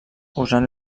usant